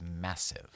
massive